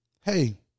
Hey